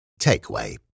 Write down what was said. Takeaway